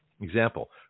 Example